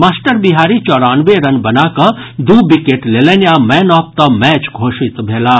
master Bihari चौरानवे run बना कऽ दू विकेट लेलनि आ मैन ऑफ द मैच घोषित भेलाह